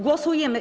Głosujemy.